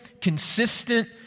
consistent